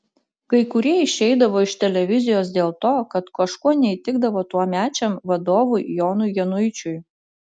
kai kurie išeidavo iš televizijos dėl to kad kažkuo neįtikdavo tuomečiam vadovui jonui januičiui